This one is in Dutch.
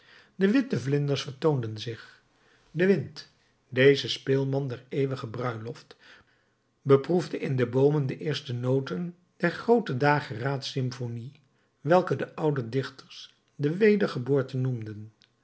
de witte vlinders vertoonden zich de wind deze speelman der eeuwige bruiloft beproefde in de boomen de eerste noten der groote dageraads symphonie welke de oude dichters de wedergeboorte noemden